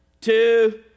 two